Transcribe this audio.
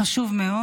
חשוב מאוד.